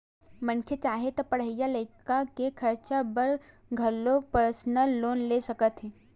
मनखे चाहे ता पड़हई लिखई के खरचा बर घलो परसनल लोन ले सकत हे